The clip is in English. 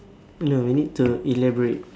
no we need to elaborate